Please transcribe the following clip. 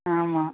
ஆமாம்